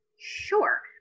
sure